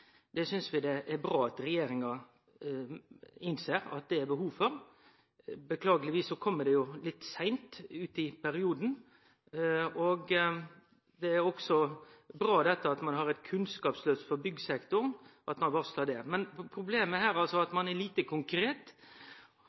Vi synest det er bra at regjeringa innser at det er behov for det. Dessverre kjem dette litt seint i perioden. Det er også bra at ein varslar eit kunnskapsløft for byggsektoren. Problemet er at ein er lite konkret om korleis og når desse forslaga skal gjennomførast. Det meiner vi er alfa og omega. Framdrifta er